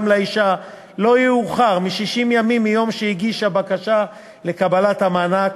לאישה לא יאוחר מ-60 ימים מיום שהגישה בקשה לקבלת המענק,